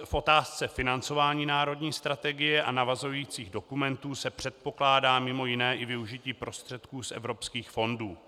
V otázce financování národní strategie a navazujících dokumentů se předpokládá mj. i využití prostředků z evropských fondů.